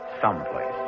someplace